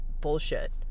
bullshit